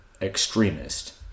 extremist